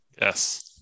Yes